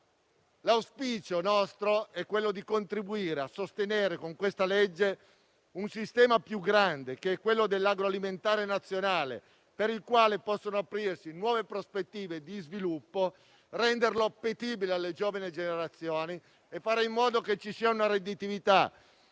auspicio è quello di contribuire a sostenere con questa legge un sistema più grande, quello dell'agroalimentare nazionale, per il quale possono aprirsi nuove prospettive di sviluppo, rendendolo appetibile alle giovani generazioni e facendo in modo che ci sia una redditività,